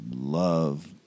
love